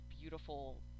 beautiful